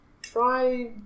try